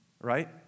Right